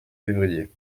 février